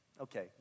Okay